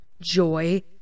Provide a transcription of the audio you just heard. joy